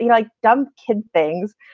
like dumb kids things.